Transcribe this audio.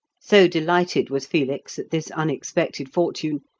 so delighted was felix at this unexpected fortune,